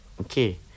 Okay